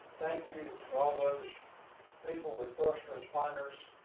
thank you to all those people with first responders,